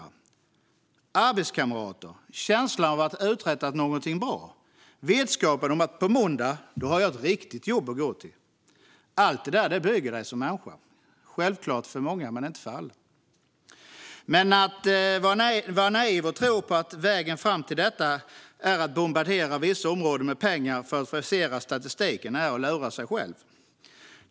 Att ha arbetskamrater, känslan av att ha uträttat någonting bra, vetskapen om att på måndag har jag ett riktigt jobb att gå till - allt det där bygger dig som människa. Det är självklart för många men inte för alla. Att vara naiv och tro att vägen fram till detta är att bombardera vissa områden med pengar för att frisera statistiken är att lura sig själv.